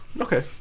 Okay